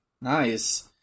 Nice